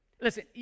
Listen